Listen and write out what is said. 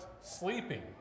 sleeping